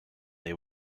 they